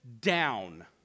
down